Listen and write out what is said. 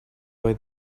why